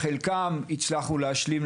את חלקם הצלחנו להשלים.